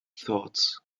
thoughts